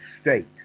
state